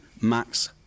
Max